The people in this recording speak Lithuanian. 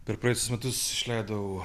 per praėjusius metus išleidau